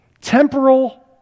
Temporal